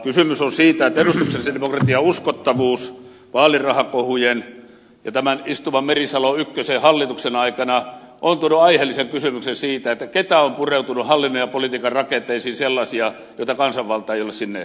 kysymys on siitä että edustuksellisen demokratian uskottavuus vaalirahakohujen ja tämän istuvan merisalon ykköshallituksen aikana on tuonut aiheellisen kysymyksen siitä keitä sellaisia on pureutunut hallinnon ja politiikan rakenteisiin joita kansanvalta ei ole sinne pyytänyt